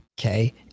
Okay